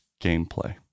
gameplay